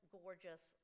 gorgeous